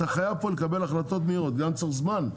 אתה חייב פה לקבל החלטות מהירות, גם צריך זמן.